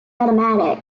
automatic